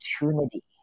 opportunity